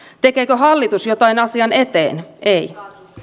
tekeekö hallitus jotain asian eteen ei